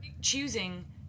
choosing